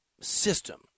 system